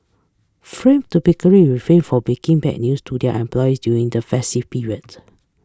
typically refrain from breaking bad news to their employees during the festive period